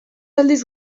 aldiz